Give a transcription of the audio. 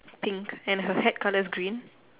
pink and her hat colour is green